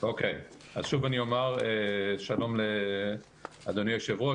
שלום לאדוני היושב-ראש,